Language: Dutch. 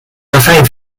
ravijn